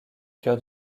cœur